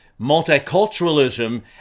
multiculturalism